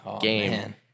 game